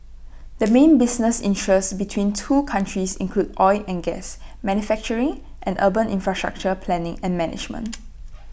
the main business interests between the two countries include oil and gas manufacturing and urban infrastructure planning and management